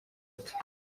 ati